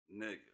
Nigga